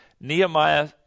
Nehemiah